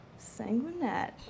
Sanguinette